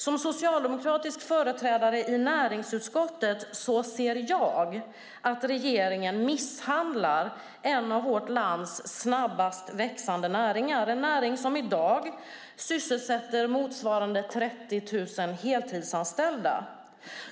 Som socialdemokratisk företrädare i näringsutskottet ser jag att regeringen misshandlar en av vårt lands snabbast växande näringar. Det är en näring som i dag sysselsätter motsvarande 30 000 heltidsanställda.